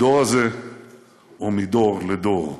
בדור הזה ומדור לדור.